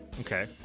Okay